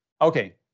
Okay